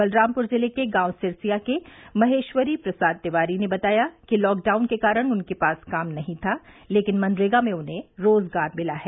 बलरामपुर जिले के गांव सिरसिया के महेश्वरी प्रसाद तिवारी ने बताया कि लॉकडाउन के कारण उनके पास काम नहीं था लेकिन मनरेगा में उन्हें रोजगार मिला है